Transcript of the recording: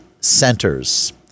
centers